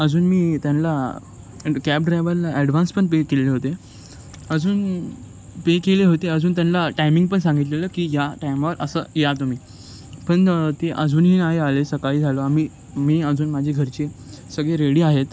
अजून मी त्यांना कॅब ड्रायव्हरला ॲडव्हान्स पण पे केलेले होते अजून पे केले होते अजून त्यांना टायमिंग पण सांगितलेलं की या टायमवर असं या तुम्ही पण ते अजूनही नाही आले सकाळी झालो आम्ही मी अजून माझी घरचे सगळे रेडी आहेत